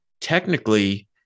technically